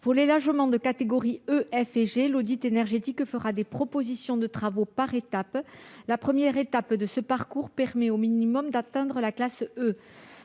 Pour les logements de catégorie E, F et G, l'audit énergétique comprendra des propositions de travaux par étape. La première étape de ce parcours permettra au minimum d'atteindre la classe E.